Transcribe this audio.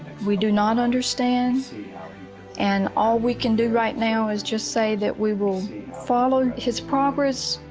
we do not understand and all we can do right now is just say that we will follow his progress.